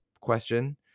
question